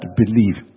believe